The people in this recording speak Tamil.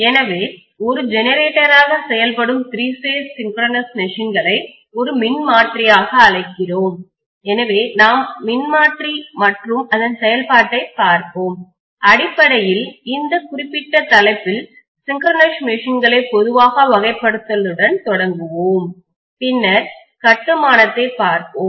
எனவே ஒரு ஜெனரேட்டராக செயல்படும் திரி பேஸ் சின்க்ரோனஸ் மெஷின்களை ஒரு மின்மாற்றியாக அழைக்கிறோம் எனவே நாம் மின்மாற்றி மற்றும் அதன் செயல்பாட்டைப் பார்ப்போம் அடிப்படையில் இந்த குறிப்பிட்ட தலைப்பில் சின்க்ரோனஸ் மெஷின்களை பொதுவாக வகைப்படுத்தலுடன் தொடங்குவோம் பின்னர் கட்டுமானத்தைப் பார்ப்போம்